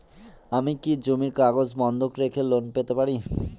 আমি কি জমির কাগজ বন্ধক রেখে লোন পেতে পারি?